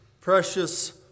precious